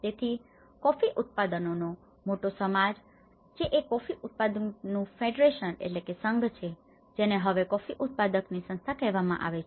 તેથી કોફી ઉત્પાદકોનો મોટો સમાજ જે એક કોફી ઉત્પાદકોનું ફેડરેશન federationસંઘ છે જેને હવે કોફી ઉત્પાદકોની સંસ્થા કહેવામાં આવે છે